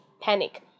panic